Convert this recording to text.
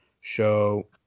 show